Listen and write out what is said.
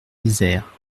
isère